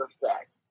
effect